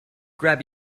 grab